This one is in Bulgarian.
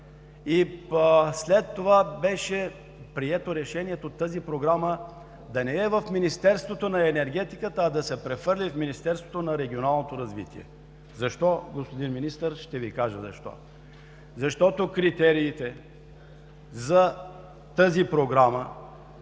След това беше прието решението тази Програма да не е в Министерството на енергетиката, а да се прехвърли в Министерството на регионалното развитие. Защо, господин Министър? Ще Ви кажа защо. Защото критериите за тази Програма